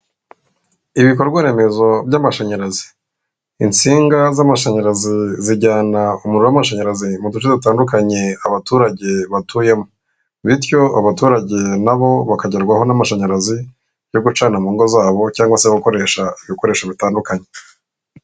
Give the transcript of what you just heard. Ibikorwaremezo by'amashanyarazi. Insinga z'amashanyarazi zijyana umuriro w'amashanyarazi mu duce dutandukanye abaturage batuyemo, bityo abaturage na bo bakagerwaho n'amashanyarazi yo gucana mu ngo zabo, cyangwa se gukoresha ibikoresho bitandukanye.